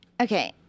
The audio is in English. Okay